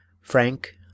frank